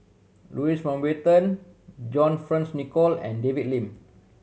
Louis Mountbatten John Fearns Nicoll and David Lim